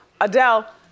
Adele